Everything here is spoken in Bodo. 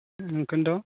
बेखोन्थ'